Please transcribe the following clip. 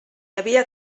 havia